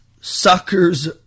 sucker's